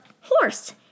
horse